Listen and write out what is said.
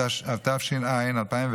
התש"ע 2010,